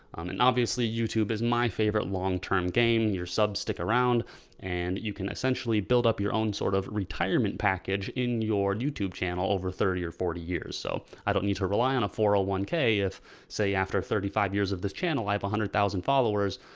and obviously youtube is my favorite longterm game. your subs stick around and you can essentially build up your own sort of retirement package in your youtube channel over thirty or forty years. so i don't need to rely on a four hundred and one k. if say after thirty five years of this channel, i have a hundred thousand followers.